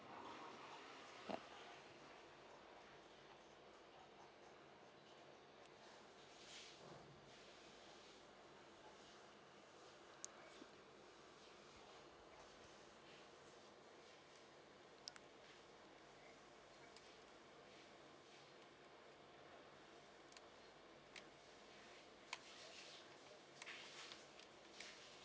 uh